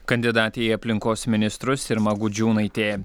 kandidatė į aplinkos ministrus irma gudžiūnaitė